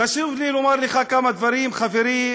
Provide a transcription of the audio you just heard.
חשוב לי לומר לך כמה דברים, חברי